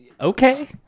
Okay